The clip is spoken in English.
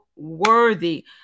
worthy